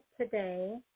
today